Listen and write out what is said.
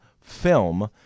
film